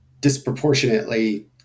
disproportionately